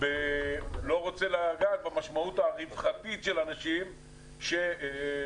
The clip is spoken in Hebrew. לא רוצה לגעת במשמעות הרווחתית של האנשים שהאירוע